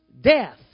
death